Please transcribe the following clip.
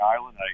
Island